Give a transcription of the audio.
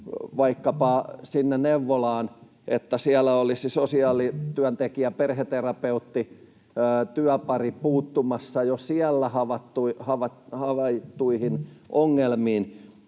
vaikkapa sinne neuvolaan, siten että siellä olisi sosiaalityöntekijä—perheterapeutti-työpari puuttumassa jo siellä havaittuihin ongelmiin.